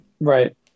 Right